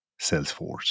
Salesforce